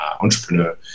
entrepreneur